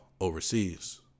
overseas